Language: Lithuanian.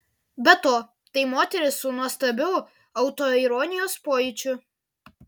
be to tai moteris su nuostabiu autoironijos pojūčiu